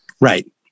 Right